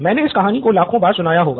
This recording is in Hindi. मैंने इस कहानी को लाखों बार सुनाया होगा